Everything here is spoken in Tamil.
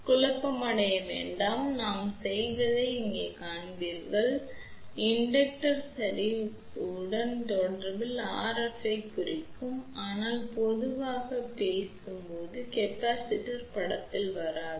எனவே குழப்பமடைய வேண்டாம் பின்னர் நாங்கள் செய்வதை நீங்கள் காண்பீர்கள் தூண்டல் சரி உடன் தொடரில் RF ஐக் குறிக்கும் ஆனால் பொதுவாக பேசும் கொள்ளளவு படத்தில் வராது